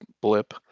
blip